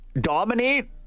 dominate